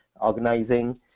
organizing